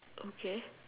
okay